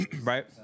right